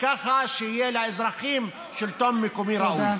ככה שיהיה לאזרחים שלטון מקומי ראוי.